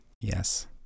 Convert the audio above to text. Yes